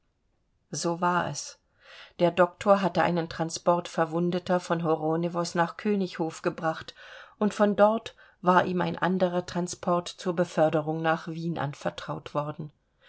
so war es der doktor hatte einen transport verwundeter von horonewos nach königinhof gebracht und von dort war ihm ein anderer transport zur beförderung nach wien anvertraut worden